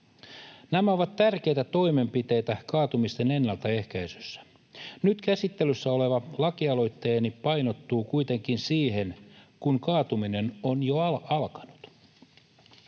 Nämä ovat tärkeitä toimenpiteitä kaatumisten ennaltaehkäisyssä. Nyt käsittelyssä oleva lakialoitteeni painottuu kuitenkin siihen, kun kaatuminen on jo alkanut.